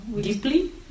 deeply